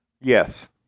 Yes